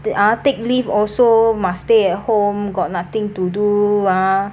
ah take leave also must stay at home got nothing to do ah